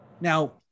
Now